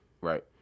Right